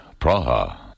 Praha